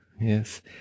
yes